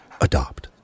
Adopt